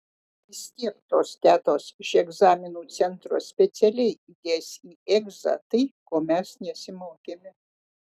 vis tiek tos tetos iš egzaminų centro specialiai įdės į egzą tai ko mes nesimokėme